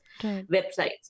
websites